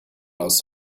aus